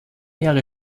jahre